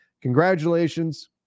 congratulations